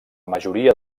majoria